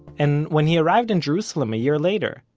and when he arrived in jerusalem a year later,